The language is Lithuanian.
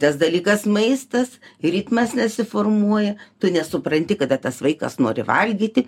tas dalykas maistas ritmas nesiformuoja tu nesupranti kada tas vaikas nori valgyti